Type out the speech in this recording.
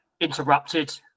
interrupted